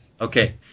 Okay